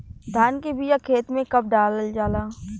धान के बिया खेत में कब डालल जाला?